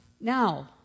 now